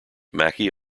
mackie